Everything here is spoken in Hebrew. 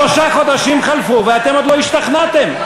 שלושה חודשים חלפו ואתם עוד לא השתכנעתם.